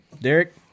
Derek